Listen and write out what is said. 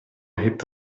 hebt